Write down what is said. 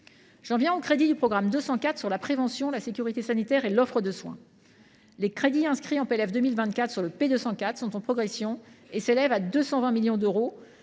J’en viens aux crédits du programme 204 sur la prévention, la sécurité sanitaire et l’offre de soins. Les crédits inscrits dans le PLF 2024 sur ce programme sont en progression et s’élèvent à 220 millions d’euros